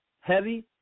heavy